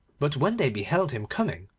but when they beheld him coming,